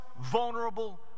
vulnerable